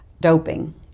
doping